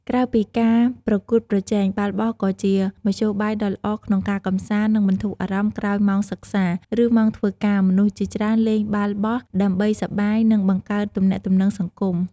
ក្រៅពីការប្រកួតប្រជែង បាល់បោះក៏ជាមធ្យោបាយដ៏ល្អក្នុងការកម្សាន្ត និងបន្ធូរអារម្មណ៍ក្រោយម៉ោងសិក្សា ឬម៉ោងធ្វើការ មនុស្សជាច្រើនលេងបាល់បោះដើម្បីសប្បាយ និងបង្កើតទំនាក់ទំនងសង្គម។